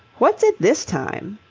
what's it this time?